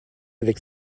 avec